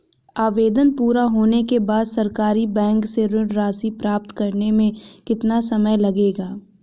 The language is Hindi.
आवेदन पूरा होने के बाद सरकारी बैंक से ऋण राशि प्राप्त करने में कितना समय लगेगा?